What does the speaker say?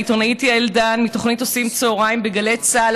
לעיתונאית יעל דן מהתוכנית עושים צוהריים בגלי צה"ל,